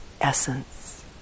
essence